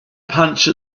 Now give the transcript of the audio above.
punch